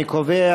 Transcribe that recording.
אני קובע